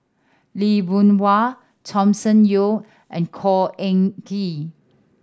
Lee Boon Wang Thomas Yeo and Khor Ean Ghee